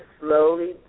slowly